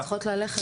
אנחנו צריכות ללכת.